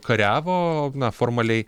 kariavo formaliai